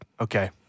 okay